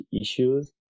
issues